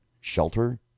shelter